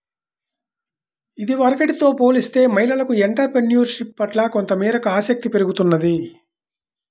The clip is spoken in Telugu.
ఇదివరకటితో పోలిస్తే మహిళలకు ఎంటర్ ప్రెన్యూర్షిప్ పట్ల కొంతమేరకు ఆసక్తి పెరుగుతున్నది